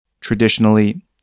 Traditionally